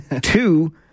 Two